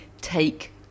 Take